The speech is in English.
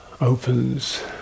opens